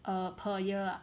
err per year ah